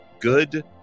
Good